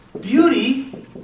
beauty